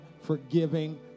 forgiving